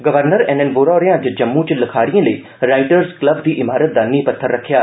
governor N N Vohra होरें अज्ज जम्मू च लखारिएं लेई 'राईटर्स क्लब' दी इमारत दा नींह पत्थर रक्खेआ